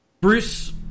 Bruce